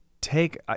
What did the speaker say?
take